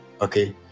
okay